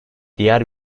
diğer